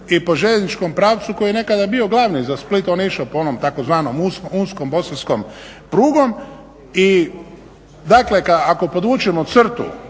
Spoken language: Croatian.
i po željezničkom pravcu koji je nekada bio glavni za Split. On je išao po onom tzv. unskom, bosanskom prugom. I dakle, ako podvučemo crtu